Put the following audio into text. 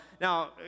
Now